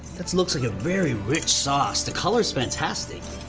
that looks like a very rich sauce, the color's fantastic.